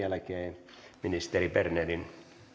jälkeen ministeri bernerin